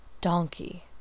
Donkey